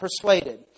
persuaded